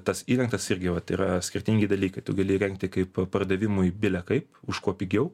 tas įrengtas irgi vat yra skirtingi dalykai tu gali įrengti kaip pardavimui bele kaip už kuo pigiau